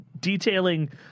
Detailing